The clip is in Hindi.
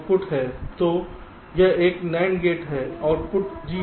तो यह एक NAND गेट है आउटपुट G है